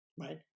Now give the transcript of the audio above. right